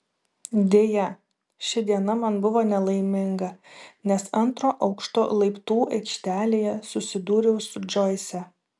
deja ši diena man buvo nelaiminga nes antro aukšto laiptų aikštelėje susidūriau su džoise